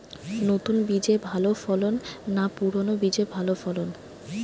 নতুন বীজে ভালো ফলন না পুরানো বীজে ভালো ফলন?